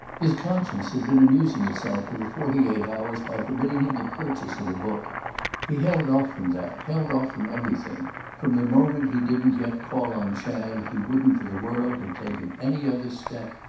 his conscience had been amusing itself for the forty-eight hours by forbidding him the purchase of a book he held off from that, held off from everything from the moment he didn't yet call on chad he wouldn't for the world have taken any other step.